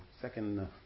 second